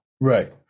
right